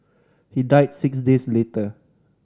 he died six days later